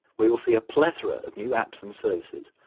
we will see a plethora of new apps and services,